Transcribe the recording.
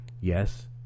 yes